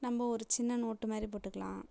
நம்ம ஒரு சின்ன நோட்டு மாதிரி போட்டுக்கலாம்